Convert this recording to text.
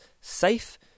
safe